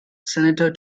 senator